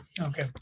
Okay